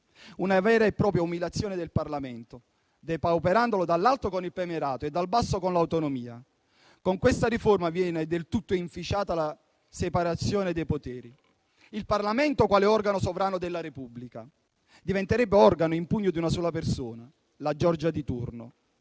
una vera e propria umiliazione del Parlamento, depauperandolo dall'alto con il premierato e dal basso con l'autonomia. Con questa riforma viene del tutto inficiata la separazione dei poteri: il Parlamento, quale organo sovrano della Repubblica, diventerebbe organo in pugno a una sola persona, la Giorgia di turno.